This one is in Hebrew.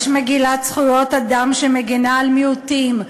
יש מגילות זכויות אדם שמגינה על מיעוטים.